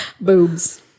Boobs